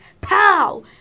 Pow